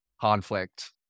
conflict